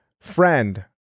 friend